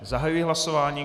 Zahajuji hlasování.